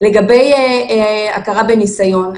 לגבי הכרה בניסיון.